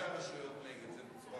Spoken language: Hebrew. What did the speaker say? למה ראשי הרשויות נגד זה?